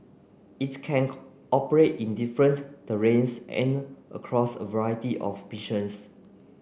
its can operate in different terrains and across a variety of missions